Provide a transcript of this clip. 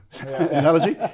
analogy